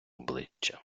обличчя